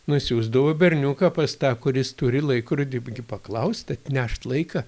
nusiųsdavo berniuką pas tą kuris turi laikrodį gi paklaust atnešt laiką